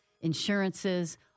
insurances